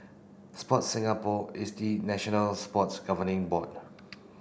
Sports Singapore is the national sports governing